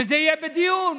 וזה יהיה בדיון,